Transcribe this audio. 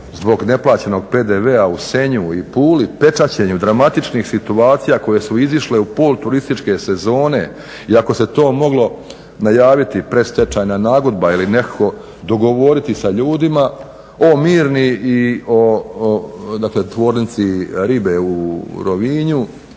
zbog neplaćenog PDV-a u Senju i Puli, pečaćenju, dramatičnih situacija koje su izišle u pol turističke sezone i ako se to moglo najaviti predstečajna nagodba ili nekako dogovoriti sa ljudima o Mirni i o dakle tvornici ribe u Rovinju